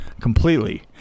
completely